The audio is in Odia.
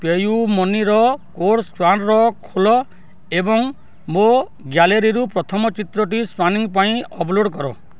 ପେୟୁମନିର କୋର୍ଡ଼ ସ୍କାନର୍ ଖୋଲ ଏବଂ ମୋ ଗ୍ୟାଲେରୀରୁ ପ୍ରଥମ ଚିତ୍ରଟି ସ୍କାନିଂ ପାଇଁ ଅପ୍ଲୋଡ଼୍ କର